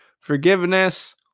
forgiveness